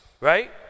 right